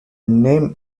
name